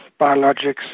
biologics